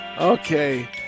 Okay